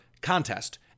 contest